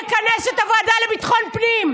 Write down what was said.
שאני אכנס את הוועדה לביטחון פנים,